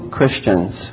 Christians